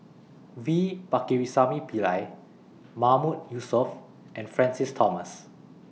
V Pakirisamy Pillai Mahmood Yusof and Francis Thomas